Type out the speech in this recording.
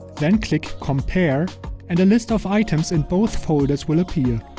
then click compare and a list of items in both folders will appear.